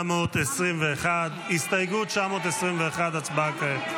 921. הסתייגות 921, הצבעה כעת.